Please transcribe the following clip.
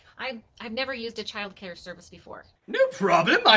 i've i've never used a child care service before. no problem